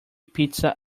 pizza